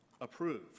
approved